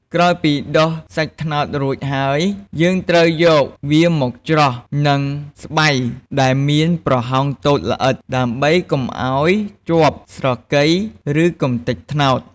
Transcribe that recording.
ក្រោយពីដុសសាច់ត្នោតរួចហើយ យើងត្រូវយកវាមកច្រោះនឹងស្បៃដែលមានប្រហោងតូចល្អិត ដើម្បីកុំឱ្យជាប់ស្រកី ឬកម្ទេចត្នោត។